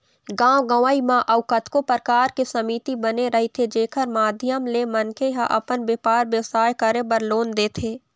गाँव गंवई म अउ कतको परकार के समिति बने रहिथे जेखर माधियम ले मनखे ह अपन बेपार बेवसाय करे बर लोन देथे